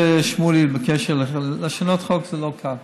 שמולי, לשנות חוק זה לא קל.